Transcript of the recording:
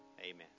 Amen